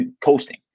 coasting